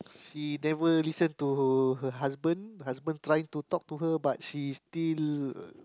she never listen to her her husband husband trying to talk to her but she still